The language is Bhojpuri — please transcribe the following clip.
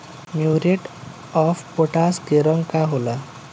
म्यूरेट ऑफपोटाश के रंग का होला?